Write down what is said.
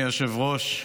אדוני היושב-ראש,